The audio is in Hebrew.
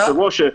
היושב-ראש,